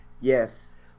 Yes